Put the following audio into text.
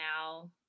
now